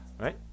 Right